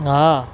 હા